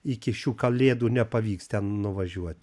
iki šių kalėdų nepavyks ten nuvažiuoti